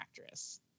actress